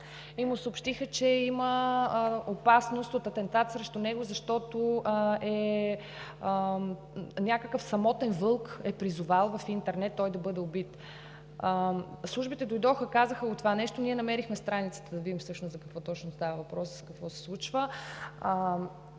и му съобщиха, че има опасност от атентат срещу него, защото някакъв самотен вълк е призовал в интернет той да бъде убит. Службите дойдоха, казаха това нещо, ние намерихме страницата, за да видим всъщност за какво става въпрос и какво се случва.